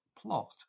plot